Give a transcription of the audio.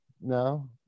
No